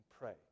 pray